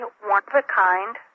one-of-a-kind